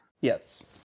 Yes